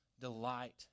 delight